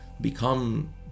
Become